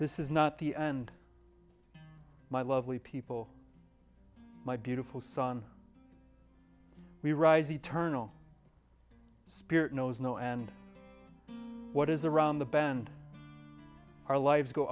this is not the end my lovely people my beautiful sun we rise eternal spirit knows no and what is around the bend our lives go